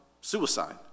suicide